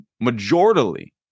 majority